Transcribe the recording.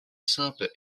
simples